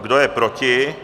Kdo je proti?